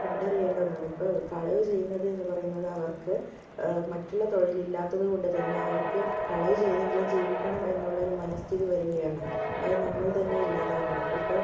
കണ്ടറിയേണ്ട ഒന്നാണ് ഇപ്പോൾ കളവു ചെയ്യുന്നത് എന്ന് പറയുന്നത് അവര്ക്ക് മറ്റുള്ള തൊഴിലില്ലാത്തത് കൊണ്ടു തന്നെ അവര്ക്ക് കളവ് ചെയ്തെങ്കിലും ജീവിക്കണം എന്നുള്ളൊരു മനസ്ഥിതി വരികയാണ് അത് നമ്മള് തന്നെ ഇല്ലാതാക്കണം ഇപ്പോൾ